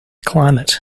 climate